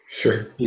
Sure